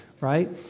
right